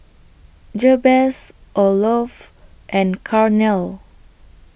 Jabez Olof and Carnell